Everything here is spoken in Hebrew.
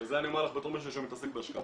זה אני אומר לך בתור מישהו שמתעסק בהשקעות.